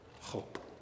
hope